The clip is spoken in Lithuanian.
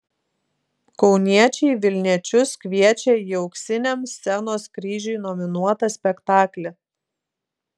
kauniečiai vilniečius kviečia į auksiniam scenos kryžiui nominuotą spektaklį